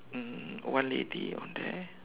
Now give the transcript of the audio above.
um got one lady on there